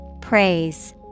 Praise